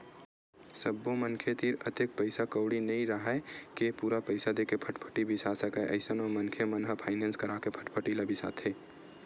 सब्बो मनखे तीर अतेक पइसा कउड़ी नइ राहय के पूरा पइसा देके फटफटी बिसा सकय अइसन म मनखे मन ह फायनेंस करा के फटफटी ल बिसाथे